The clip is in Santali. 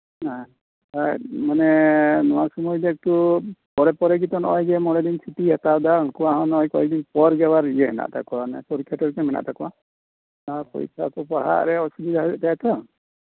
ᱱᱚᱣᱟ ᱥᱚᱢᱚᱭ ᱫᱚ ᱮᱠᱴᱩ ᱯᱚᱨᱮ ᱯᱚᱨᱮ ᱜᱮᱛᱚ ᱱᱚᱜ ᱚᱭ ᱪᱷᱩᱴᱤᱭ ᱦᱟᱛᱟᱣ ᱫᱟ ᱩᱱᱠᱩ ᱦᱚᱸ ᱟᱵᱟᱨ ᱢᱚᱬᱮ ᱫᱤᱱ ᱯᱚᱨ ᱜᱮ ᱟᱵᱟᱨ ᱤᱭᱟᱹ ᱦᱮᱱᱟᱜ ᱛᱟᱠᱚᱣᱟ ᱯᱚᱨᱤᱠᱠᱷᱟ ᱴᱚᱨᱤᱠᱠᱷᱟ ᱢᱮᱱᱟᱜ ᱛᱟᱠᱚᱣᱟ ᱯᱚᱨᱤᱠᱠᱷᱟ ᱯᱟᱲᱦᱟᱜ ᱨᱮ ᱚᱥᱩᱵᱤᱫᱷᱟ ᱦᱩᱭᱩᱜ ᱛᱟᱭᱟ ᱛᱚ